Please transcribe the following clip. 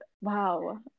wow